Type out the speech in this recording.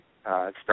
start